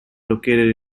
located